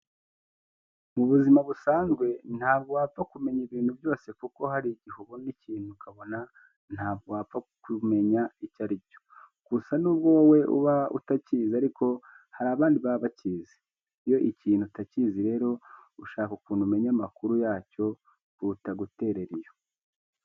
Mu buzima busanzwe ntabwo wapfa kumenya ibintu byose kuko hari igihe ubona ikintu ukabona ntabwo wapfa kumenya icyo ari cyo. Gusa nubwo wowe uba utakizi ariko hari abandi baba bakizi. Iyo ikintu utakizi rero ushaka ukuntu umenya amakuru yacyo kuruta guterera iyo.